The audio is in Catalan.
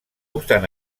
obstant